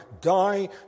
die